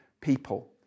people